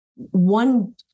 One